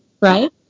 right